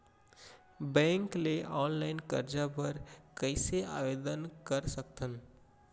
Bank ले online करजा बर कइसे आवेदन कर सकथन?